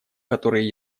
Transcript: которые